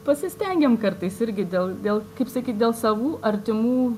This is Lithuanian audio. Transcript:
pasistengiam kartais irgi dėl dėl kaip sakyt dėl savų artimų